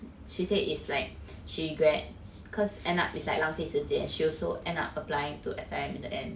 she said it's like she regret cause end up it's like 浪费时间 she also end up applying to S_I_M in the end